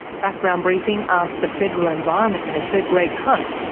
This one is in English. background briefing asked the federal environment minister, greg hunt,